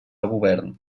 govern